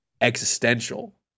existential